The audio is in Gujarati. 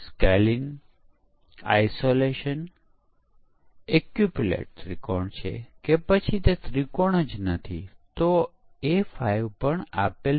કોડિંગ તબક્કો અને પરીક્ષણ તબક્કો એમ બંનેમાં પરીક્ષણ પ્રવૃત્તિઓ હાથ ધરવામાં આવે છે